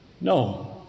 No